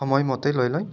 সময়মতে লৈ লয়